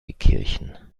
kirchen